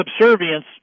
subservience